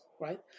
right